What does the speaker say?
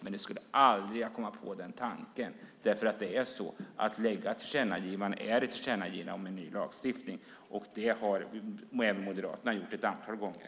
Men jag skulle aldrig komma på tanken, för att lägga fram ett tillkännagivande är ett tillkännagivande om en ny lagstiftning, och det har även Moderaterna gjort ett antal gånger.